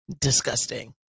disgusting